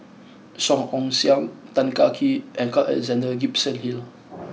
Song Ong Siang Tan Kah Kee and Carl Alexander Gibson Hill